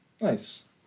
Nice